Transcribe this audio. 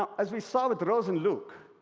as we saw with rose and luke,